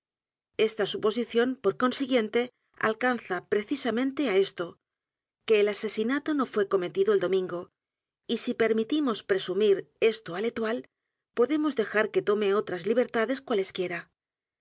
a suposición por consiguiente alcanza precisamente á e s t o que el asesinato no fué cometido el domingo y si permitimos presumir esto á isétoile podemos dejar que tome otras libertades